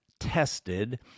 tested